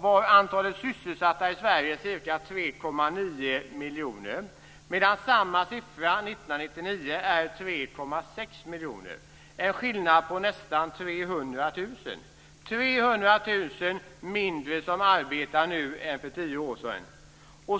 var antalet sysselsatta i Sverige ca 3,9 miljoner personer, medan samma siffra år 1999 var 3,6 miljoner. Det är en skillnad på nästan 300 000. Det är 300 000 människor mindre som arbetar nu än för tio år sedan.